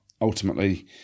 ultimately